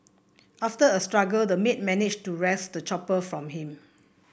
after a struggle the maid managed to wrest the chopper from him